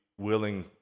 willing